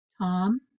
Tom